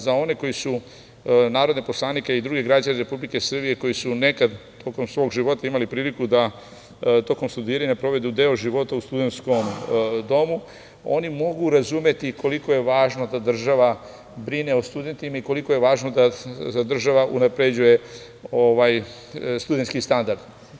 Za one koji su, narodne poslanike i druge građane Republike Srbije, koji su nekada tokom svog života imali priliku da tokom studiranja provedu deo života u studentskom domu, oni mogu razumeti koliko je važno da država brine o studentima i koliko je važno da država unapređuje studentski standard.